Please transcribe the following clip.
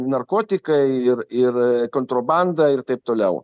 narkotikai ir ir kontrabanda ir taip toliau